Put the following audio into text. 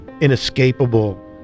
inescapable